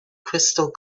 crystal